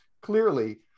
clearly